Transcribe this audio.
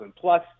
plus